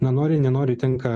na nori nenori tenka